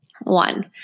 One